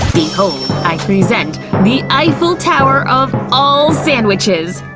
behold! i present, the eiffel tower of all sandwiches!